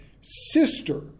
sister